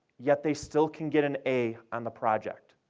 yet they still can get an a on the project,